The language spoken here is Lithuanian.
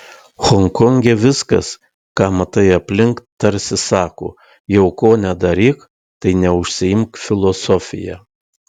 honkonge viskas ką matai aplink tarsi sako jau ko nedaryk tai neužsiimk filosofija